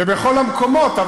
ובכל המקומות.